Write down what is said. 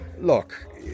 look